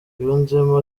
yunzemo